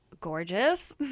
Gorgeous